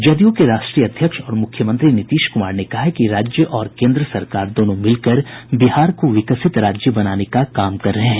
जदयू के राष्ट्रीय अध्यक्ष और मुख्यमंत्री नीतीश कुमार ने कहा है कि राज्य और केन्द्र सरकार दोनों मिलकर बिहार को विकसित राज्य बनाने का काम कर रहे हैं